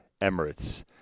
Emirates